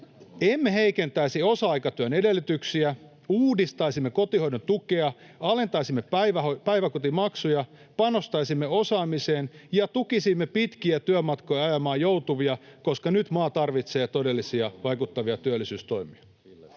Emme heikentäisi osa-aikatyön edellytyksiä, uudistaisimme kotihoidon tukea, alentaisimme päiväkotimaksuja, panostaisimme osaamiseen ja tukisimme pitkiä työmatkoja ajamaan joutuvia, koska nyt maa tarvitsee todellisia vaikuttavia työllisyystoimia.